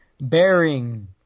Bearing